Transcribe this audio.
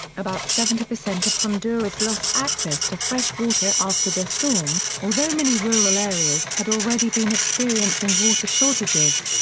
about seventy percent of honduras lost access to fresh water after the storm, although many rural areas had already been experiencing water shortages.